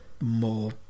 more